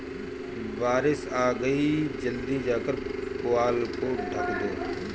बारिश आ गई जल्दी जाकर पुआल को ढक दो